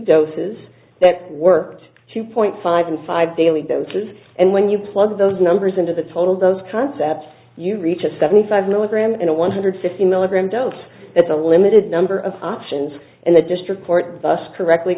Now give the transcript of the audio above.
doses that worked two point five and five daily doses and when you plug those numbers into the total those concepts you reach a seventy five milligram in a one hundred fifty milligram dose it's a limited number of options and the district co